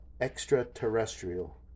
Extraterrestrial